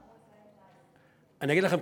אמרו: אצלנו 19. אני אגיד לכם,